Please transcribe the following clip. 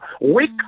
Wake